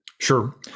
Sure